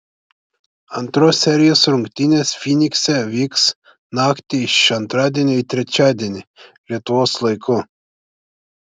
antros serijos rungtynės fynikse vyks naktį iš antradienio į trečiadienį lietuvos laiku